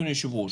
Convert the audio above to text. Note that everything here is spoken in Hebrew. אדוני היושב-ראש